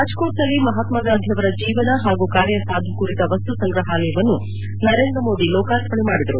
ರಾಜಕೋಟ್ನಲ್ಲಿ ಮಹಾತ್ಮಗಾಂಧಿ ಅವರ ಜೀವನ ಪಾಗೂ ಕಾರ್ಯಸಾಧು ಕುರಿತ ವಸ್ತು ಸಂಗ್ರಪಾಲಯವನ್ನು ನರೇಂದ್ರ ಮೋದಿ ಲೋಕಾರ್ಪಣೆ ಮಾಡಿದರು